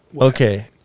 Okay